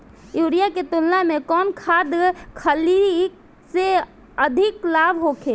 Urea के तुलना में कौन खाध खल्ली से अधिक लाभ होखे?